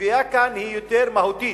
הסוגיה כאן היא יותר מהותית.